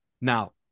Now